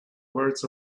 words